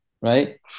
right